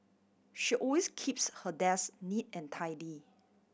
she always keeps her desk neat and tidy